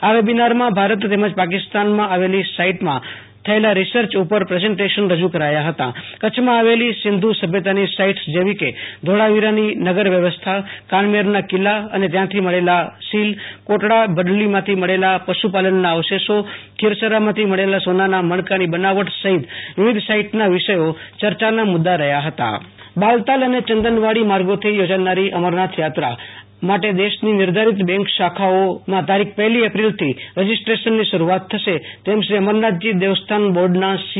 આ વેબિનારમાં ભારત તેમજ પાકિસ્તાનમાં આવેલી સાઈટમાં થયેલા રિસર્ચ ઉપર પ્રેઝન્ટેશન રજૂ કરાયા હતા કચ્છમાં આવેલી સિંધુ સભ્યતાની સાઈટ્સ જેવી કે ધોળાવીરાની નગરવ્યવસ્થા કાનમેરના કિલ્લા અને ત્યાંથી મળેલા સીલ કોટડા ભડલીમાંથી મળેલા પશુ પાલનના અવશેષો ખીરસરામાંથી મળેલ સોનાના મણકાની બનાવટ સહિત વિવિધ સાઈટના વિષયો ચર્ચાના મુદ્દા રહ્યા હતા આશુ તોષ અંતાણી અમરનાથ યાત્રા બાલતાલ અને ચંદનવાડી માર્ગોથી યોજાનારી અમરનાથ યાત્રા માટે દેશની નિર્ધારીત બેંક શાખાઓમાં તારીખ પહેલી એપ્રિલથી રજીસ્ટ્રેશનની શરૂઆત થશે તેમ શ્રી અમરનાથજી દેવસ્થાન બોર્ડના સી